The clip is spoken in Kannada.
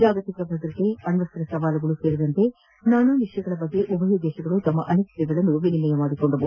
ಜಾಗತಿಕ ಭದ್ರತೆ ಅಣ್ವಸ್ತ್ರ ಸವಾಲುಗಳು ಸೇರಿದಂತೆ ನಾನಾ ವಿಷಯಗಳ ಬಗ್ಗೆ ಉಭಯ ದೇಶಗಳು ತಮ್ಮ ಅನಿಸಿಕೆಗಳನ್ನು ವಿನಿಮಯ ಮಾಡಿಕೊಂಡವು